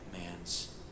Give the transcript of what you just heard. man's